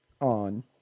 on